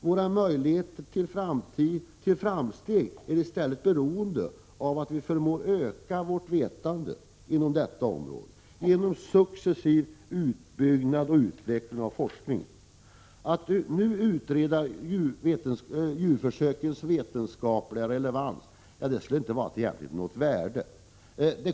Våra möjligheter till framsteg är beroende av att vi förmår öka vårt vetande inom detta område genom successiv utbyggnad och utveckling av forskningen. Att nu utreda djurförsökens vetenskapliga relevans skulle inte vara av något egentligt värde.